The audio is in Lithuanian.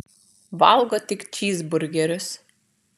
valgo tik čyzburgerius